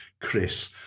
Chris